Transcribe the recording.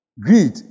Greed